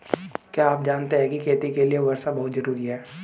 क्या आप जानते है खेती के लिर वर्षा बहुत ज़रूरी है?